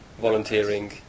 volunteering